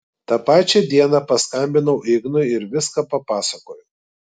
tą pačią dieną paskambinau ignui ir viską papasakojau